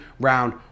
round